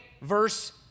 verse